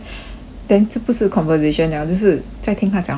then 这不是 conversation liao 就是在听他讲话而已 lor